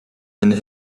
and